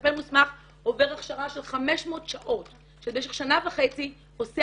מטפל מוסמך עובר הכשרה של 500 שעות שבמשך שנה וחצי עושה